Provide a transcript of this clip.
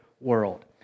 world